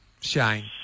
Shane